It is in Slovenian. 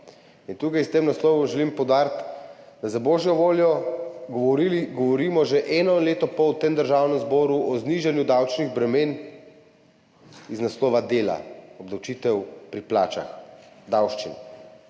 tukaj s tem naslovom želim poudariti, da, za božjo voljo, govorimo že eno leto pol v tem Državnem zboru o znižanju davčnih bremen iz naslova dela, obdavčitev pri plačah, davščin.